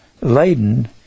laden